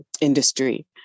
industry